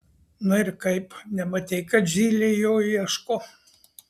na kaip nematei kad zylė jo ieško